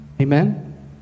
Amen